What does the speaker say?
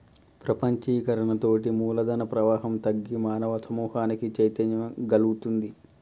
ప్రపంచీకరణతోటి మూలధన ప్రవాహం తగ్గి మానవ సమూహానికి చైతన్యం గల్గుతుంది